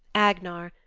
agnar,